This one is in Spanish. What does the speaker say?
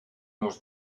los